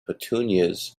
petunias